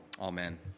Amen